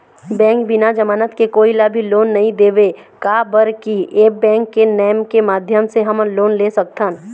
Bank बिना जमानत के कोई ला भी लोन नहीं देवे का बर की ऐप बैंक के नेम के माध्यम से हमन लोन ले सकथन?